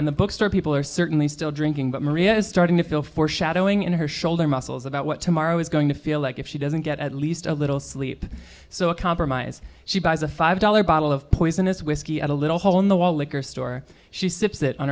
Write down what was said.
in the bookstore people are certainly still drinking but maria is starting to feel foreshadowing in her shoulder muscles about what tomorrow is going to feel like if she doesn't get at a little sleep so a compromise she buys a five dollar bottle of poisonous whiskey at a little hole in the wall liquor store she sips it on